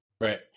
Right